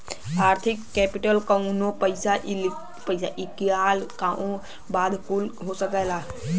आर्थिक केपिटल कउनो पइसा इक्विटी बांड कुल हो सकला